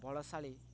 ବଳଶାଳୀ